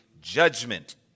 judgment